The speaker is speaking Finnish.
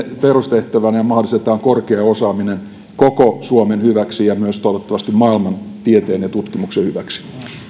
perustehtävänä ja mahdollistetaan korkea osaaminen koko suomen hyväksi ja myös toivottavasti maailman tieteen ja tutkimuksen hyväksi